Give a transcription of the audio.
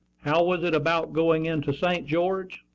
how was it about going into st. george?